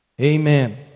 Amen